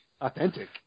Authentic